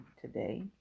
today